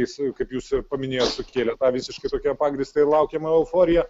jis kaip jūs ir paminėjot sukėlė tą visiškai tokią pagrįstą ir laukiamą euforiją